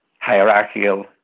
hierarchical